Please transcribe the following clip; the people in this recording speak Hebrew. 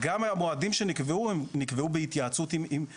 גם המועדים שנקבעו הם נקבעו בהתייעצות עם, למשל,